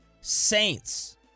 Saints